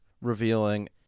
revealing